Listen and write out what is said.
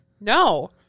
No